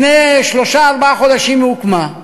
לפני שלושה-ארבעה חודשים היא הוקמה,